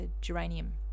geranium